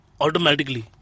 Automatically